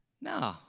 No